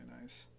nice